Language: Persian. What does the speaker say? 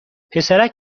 پسرک